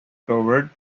covered